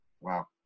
Wow